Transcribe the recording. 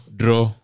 draw